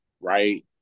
right